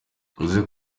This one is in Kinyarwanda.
uze